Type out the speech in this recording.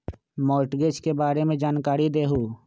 Mortgage के बारे में जानकारी देहु?